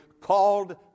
called